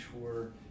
sure